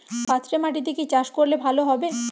পাথরে মাটিতে কি চাষ করলে ভালো হবে?